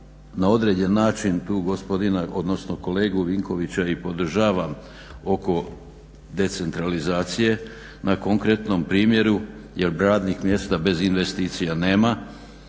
na određen način tu gospodina odnosno kolegu Vinkovića i podržavam oko decentralizacije na konkretnom primjeru jer radnih mjesta bez investicija nema.